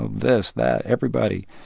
this, that, everybody.